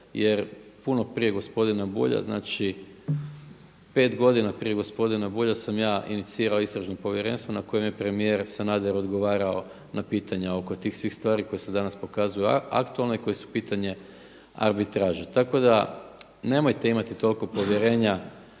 jer puno prije gospodina Bulja, znači 5 godina prije gospodina Bulja sam ja inicirao istražno povjerenstvo na kojem je premijer Sanader odgovarao na pitanja oko tih svih stvari koje se danas pokazuju aktualne i koja su pitanje arbitraže. Tako da nemojte imati toliko povjerenja